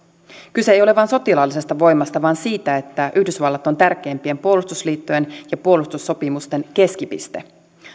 kyse ei ole vain sotilaallisesta voimasta vaan siitä että yhdysvallat on tärkeimpien puolustusliittojen ja puolustussopimusten keskipiste